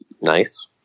Nice